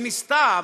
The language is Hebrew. היא ניסתה,